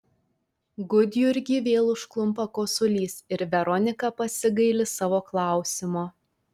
gudjurgį vėl užklumpa kosulys ir veronika pasigaili savo klausimo